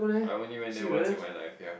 I only went there once in my life yea